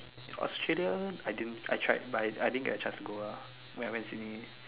Australia I didn't I tried but I didn't get a chance to go lah when I went Sydney